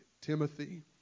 Timothy